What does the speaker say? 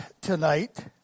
tonight